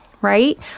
right